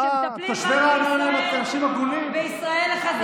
רק כשמטפלים רק בישראל החזקה,